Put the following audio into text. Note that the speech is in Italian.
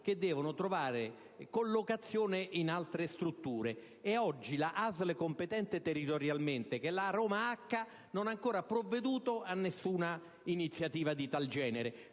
che devono trovare collocazione in altre strutture, e ad oggi la ASL competente territorialmente, la Roma H, non ha ancora provveduto ad alcuna iniziativa di tal genere.